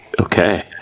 okay